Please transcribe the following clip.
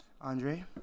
Andre